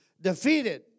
defeated